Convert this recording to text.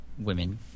women